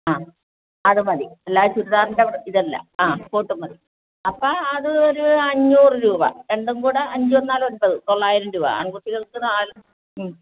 ആ അത് മതി ചുരിദാറിൻറെ ഇതല്ല ആ കോട്ടും മതി അപ്പോൾ അത് ഒരു അഞ്ഞൂറ് രൂപ രണ്ടുംകൂടി അഞ്ചും നാലും ഒൻപത് തൊള്ളായിരം രൂപ ആൺകുട്ടികൾക്ക് നാലും